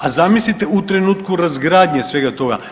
A zamislite u trenutku razgradnje svega toga.